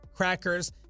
crackers